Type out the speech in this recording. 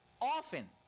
often